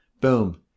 Boom